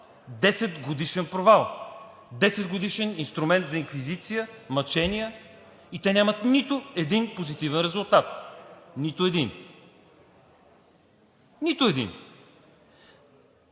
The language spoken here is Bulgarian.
10-годишен провал, 10-годишен инструмент за инквизиция, мъчения и те нямат нито един позитивен резултат. Нито един! Благодаря